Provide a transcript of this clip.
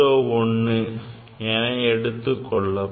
01 என எடுத்துக் கொள்ளப்படும்